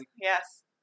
Yes